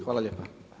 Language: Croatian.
Hvala lijepa.